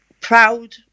proud